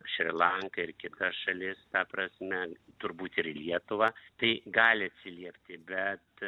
šri lanką ir kitas šalis ta prasme turbūt ir į lietuvą tai gali atsiliepti bet